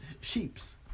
sheeps